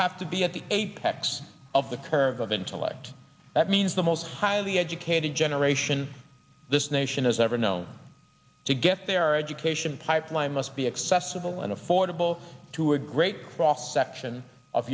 have to be at the apex of the curve of intellect that means the most highly educated generation this nation has ever known to get their education pipeline must be accessible and affordable to a great cross section of